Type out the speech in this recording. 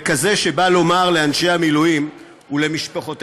כזה שבא לומר לאנשי המילואים ולמשפחותיהם: